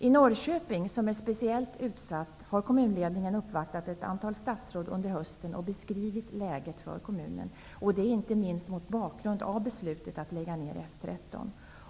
I Norrköping, som är speciellt utsatt, har kommunledningen uppvaktat ett antal statsråd under hösten och beskrivit läget för kommunen, inte minst mot bakgrund av beslutet att lägga ner F 13.